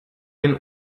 den